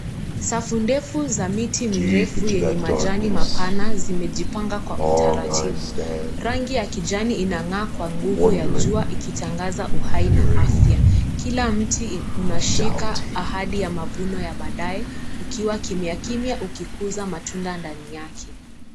Safu ndefu yenye miti mirefu yenye majani mapana, imejipanga kwa utaratibu. Rangi ya kijani inang'aa kwa nguvu ya jua ikitangaza uhai na afya. Kila mti unashika ahadi ya mavuno ya baadae ukiwa kimya kimya ukikuza matunda ndani yake.